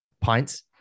Pints